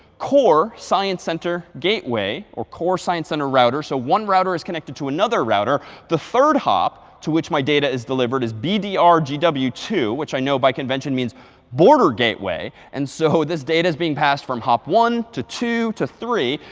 core science center gateway, or core science center router. so one router is connected to another router. the third hop to which my data is delivered is b d r g w two, which i know by convention means border gateway. and so this data is being passed from hop one to two to three.